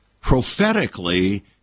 prophetically